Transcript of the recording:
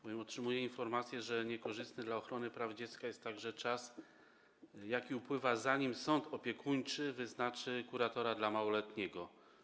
Otrzymuję bowiem informacje, że niekorzystny dla ochrony praw dziecka jest także czas, jaki upływa, zanim sąd opiekuńczy wyznaczy kuratora dla małoletniego.